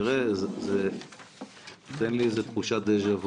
תראה, זה נותן לי איזושהי תחושת דז'ה-וו,